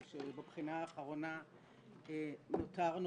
כשבבחינה האחרונה נותרנו,